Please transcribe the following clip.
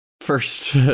first